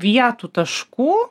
vietų taškų